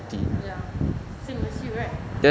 ya same as you right